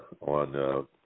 on